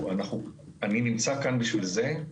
אני נמצא כאן בשביל זה.